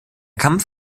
kampf